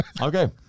Okay